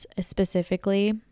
specifically